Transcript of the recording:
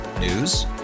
News